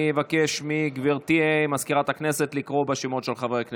אני אבקש מגברתי סגנית מזכיר הכנסת לקרוא בשמות של חברי הכנסת.